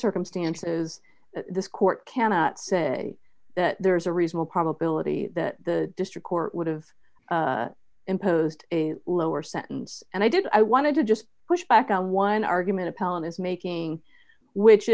circumstances this court cannot say that there's a reasonable probability that the district court would have imposed a lower sentence and i did i wanted to just push back on one argument appellant is making which